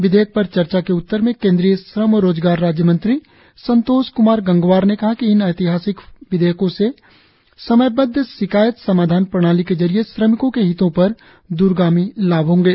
विधेयक पर चर्चा के उत्तर में केंद्रीय श्रम और रोजगार राज्य मंत्री संतोष कुमार गंगवार ने कहा कि इन ऐतिहासिक विधेयकों से समयबद्व शिकायत समाधान प्रणाली के जरिये श्रमिकों के हितों पर द्रगामी लाभ होंगे